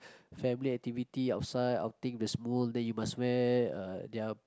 family activity outside outing the Smule then you must wear uh their